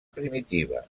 primitiva